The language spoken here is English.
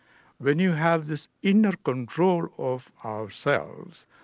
when you have this inner control of ourselves,